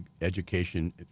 education